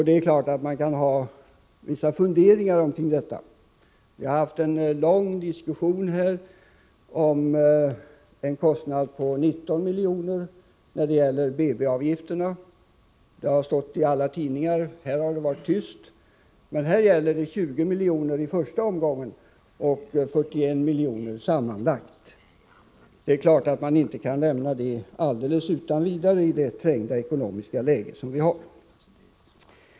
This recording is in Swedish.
Det är klart att man kan ha vissa funderingar kring detta. Vi har haft en lång diskussion om en kostnad på 19 milj.kr. som gällde BB-avgifterna. Det har stått i alla tidningar, men om detta har det varit tyst. Men denna förändring gäller 20 milj.kr. i första omgången och 41 miljoner sammanlagt. Det är klart att man inte kan tillstyrka det alldeles utan vidare i det trängda ekonomiska läge vi har.